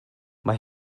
mae